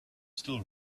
still